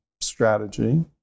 strategy